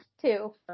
Two